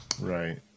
Right